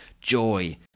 joy